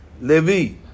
Levi